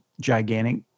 gigantic